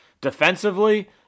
defensively